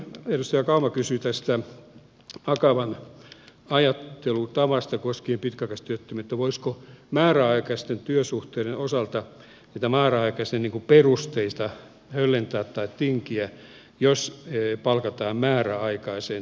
edustaja kauma kysyi tästä akavan ajattelutavasta koskien pitkäaikaistyöttömyyttä voisiko määräaikaisten työsuhteiden osalta niitä määräaikaisen työsuhteen perusteita höllentää tai niistä tinkiä jos palkataan määräaikaiseen työsuhteeseen pitkäaikaistyöttömiä